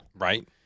Right